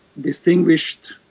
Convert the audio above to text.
distinguished